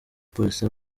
polisi